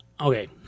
Okay